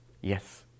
Yes